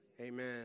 amen